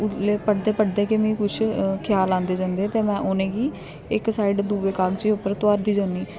उल्लै पढ़दे पढ़दे गै मिगी कुछ ख्याल आंदे जंदे ते में उ'नें गी इक साइड दूऐ कागज उप्पर तुआरदी जन्नी